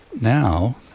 Now